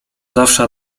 zawsze